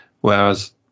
whereas